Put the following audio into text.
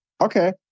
Okay